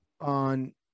on